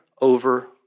over